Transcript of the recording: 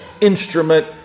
instrument